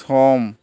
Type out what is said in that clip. सम